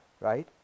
Right